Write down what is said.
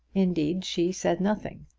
indeed she said nothing.